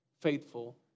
faithful